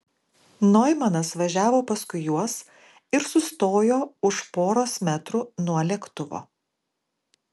noimanas važiavo paskui juos ir sustojo už poros metrų nuo lėktuvo